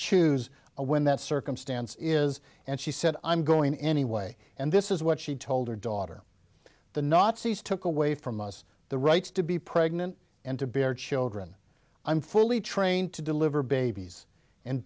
choose when that circumstance is and she said i'm going anyway and this is what she told her daughter the nazis took away from us the rights to be pregnant and to bear children i'm fully trained to deliver babies and